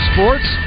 Sports